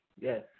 Yes